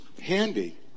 handy